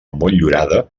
motllurada